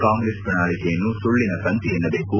ಕಾಂಗ್ರೆಸ್ ಪ್ರಣಾಳಿಕೆಯನ್ನು ಸುಳ್ದಿನ ಕಂತೆ ಎನ್ನಬೇಕು